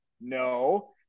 no